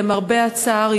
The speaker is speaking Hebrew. למרבה הצער,